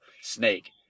Snake